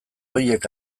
horiek